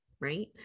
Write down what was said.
right